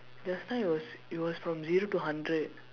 just now it was it was from zero to hundred